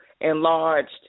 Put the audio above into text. enlarged